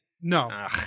No